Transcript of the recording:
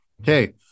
Okay